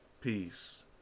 Peace